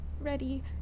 ready